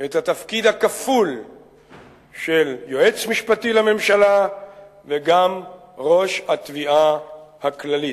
את התפקיד הכפול של יועץ משפטי לממשלה וגם ראש התביעה הכללית.